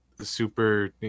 super